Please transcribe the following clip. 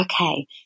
okay